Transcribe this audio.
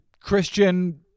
Christian